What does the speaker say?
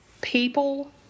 people